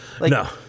No